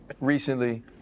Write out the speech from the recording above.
recently